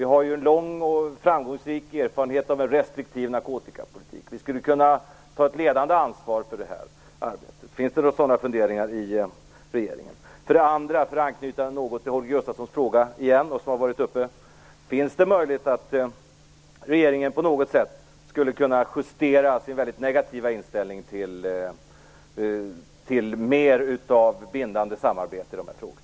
Vi har ju en lång och framgångsrik erfarenhet av en restriktiv narkotikapolitik och skulle kunna ta ett ledande ansvar för det här arbetet. Finns det några sådana funderingar i regeringen? För det andra: Finns det - för att anknyta till Holger Gustafssons fråga - någon möjlighet att regeringen skulle kunna justera sin väldigt negativa inställning till mer av bindande samarbete i de här frågorna?